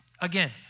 again